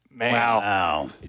wow